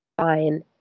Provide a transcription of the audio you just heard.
fine